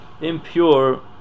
impure